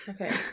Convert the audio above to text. Okay